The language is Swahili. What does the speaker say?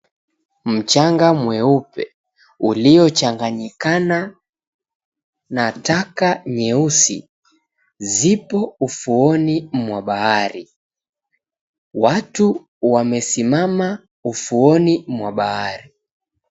Mchanga mweupe uliochaganyikana na taka nyeusi, zipo ufuoni mwa bahari. Watu wamesimama ufuoni mwa bahari.